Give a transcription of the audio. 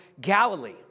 Galilee